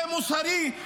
זה מוסרי?